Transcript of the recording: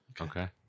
Okay